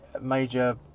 major